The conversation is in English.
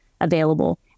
available